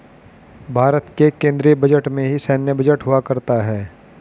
भारत के केन्द्रीय बजट में ही सैन्य बजट हुआ करता है